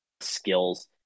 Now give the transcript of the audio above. skills